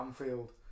Anfield